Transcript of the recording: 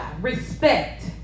Respect